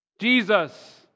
Jesus